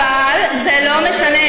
מה זה "נוצרה תחושה"?